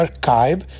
Archive